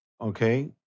okay